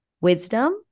wisdom